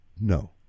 No